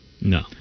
No